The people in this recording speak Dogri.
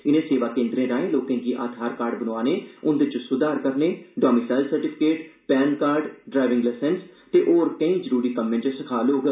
इनें सेवा केन्द्रै राए लोकें गी आधार कार्ड बनोआने उन्दे च सुधार करने domicile certificate PAN card driving license ते होर केंई जरुरी कम्में च सखाल होग